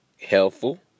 helpful